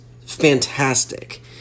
fantastic